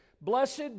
Blessed